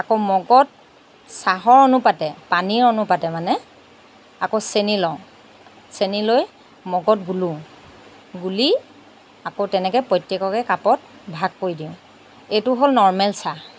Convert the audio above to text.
আকৌ মগত চাহৰ অনুপাতে পানীৰ অনুপাতে মানে আকৌ চেনি লওঁ চেনি লৈ মগত গুলোঁ গুলি আকৌ তেনেকে প্ৰত্যেককে কাপত ভাগ কৰি দিওঁ এইটো হ'ল নৰ্মেল চাহ